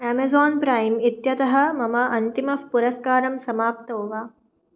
Amazon Prime इत्यतः मम अन्तिमः पुरस्कारः समाप्तो वा